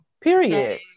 Period